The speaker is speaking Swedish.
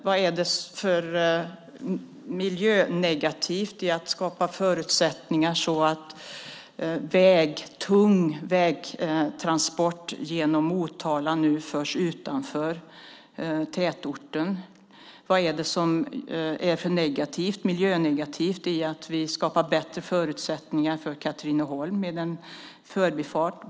Vad är det som är miljönegativt med att skapa förutsättningar för att tung vägtransport genom Motala nu förs ut utanför tätorten? Vad är det som är miljönegativt med att vi skapar bättre förutsättningar för Katrineholm med en förbifart?